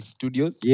Studios